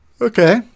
Okay